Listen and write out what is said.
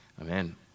Amen